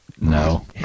No